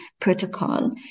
protocol